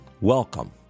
Welcome